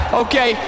okay